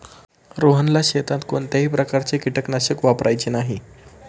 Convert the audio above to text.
रोहनला शेतात कोणत्याही प्रकारचे कीटकनाशक वापरायचे नाही